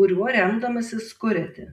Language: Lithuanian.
kuriuo remdamasis kuriate